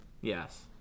Yes